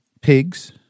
pigs